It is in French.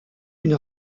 une